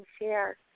share